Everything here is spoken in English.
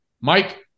Mike